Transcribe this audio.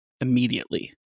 immediately